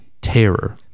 terror